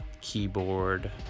keyboard